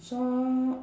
sho~